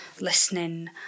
listening